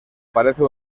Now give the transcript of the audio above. parece